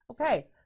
Okay